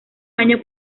año